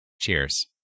Cheers